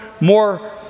more